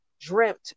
dreamt